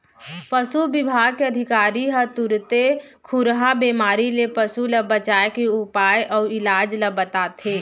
पसु बिभाग के अधिकारी ह तुरते खुरहा बेमारी ले पसु ल बचाए के उपाय अउ इलाज ल बताथें